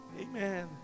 Amen